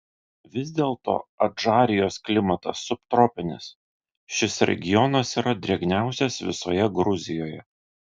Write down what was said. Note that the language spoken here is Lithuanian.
vis dėlto adžarijos klimatas subtropinis šis regionas yra drėgniausias visoje gruzijoje